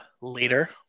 later